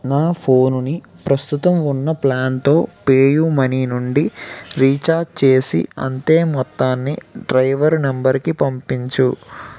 నా ఫోనుని ప్రస్తుతం ఉన్న ప్లాన్తో పే యూ మనీ నుండి రీఛార్జి చేసి అంతే మొత్తాన్ని డ్రైవరు నంబరుకి పంపించు